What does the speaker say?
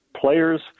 players –